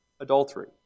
adultery